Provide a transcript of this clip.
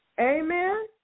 Amen